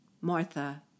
Martha